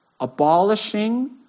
abolishing